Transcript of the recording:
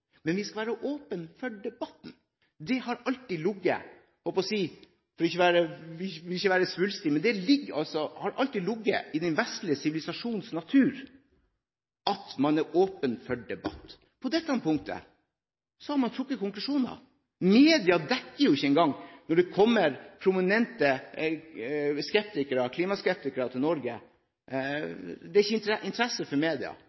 men vi skal være åpne for debatten. Det har alltid ligget – for ikke å være svulstig – i den vestlige sivilisasjons natur at man er åpen for debatt. På dette punktet har man trukket konklusjoner. Media dekker det jo ikke engang når det kommer prominente klimaskeptikere til Norge. Det er ikke interesse fra media